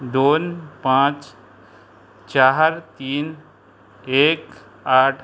दोन पांच चार तीन एक आठ